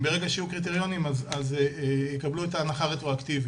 כי ברגע שיהיו קריטריונים אז יקבלו את ההנחה רטרו-אקטיבית.